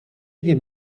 wiem